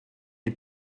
est